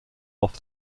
off